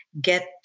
get